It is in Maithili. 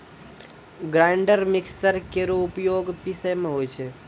ग्राइंडर मिक्सर केरो उपयोग पिसै म होय छै